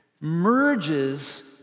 merges